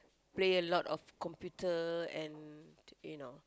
play a lot of computer and you know